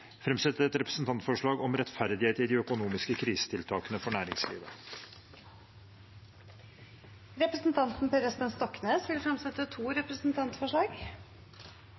et representantforslag om rettferdighet i de økonomiske krisetiltakene for næringslivet. Representanten Per Espen Stoknes vil fremsette to representantforslag.